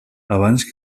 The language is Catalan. abans